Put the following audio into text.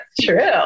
true